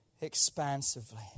expansively